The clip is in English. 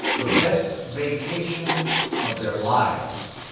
the best vacation of their lives.